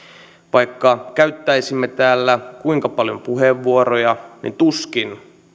vaikka käyttäisimme täällä kuinka paljon puheenvuoroja niin tuskin